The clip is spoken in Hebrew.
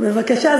בבקשה.